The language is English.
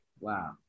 Wow